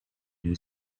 new